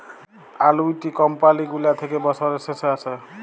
আলুইটি কমপালি গুলা থ্যাকে বসরের শেষে আসে